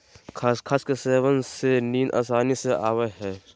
खसखस के सेवन से नींद आसानी से आवय हइ